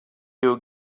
you